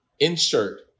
insert